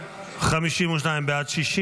105. הסתייגות 105 לא נתקבלה.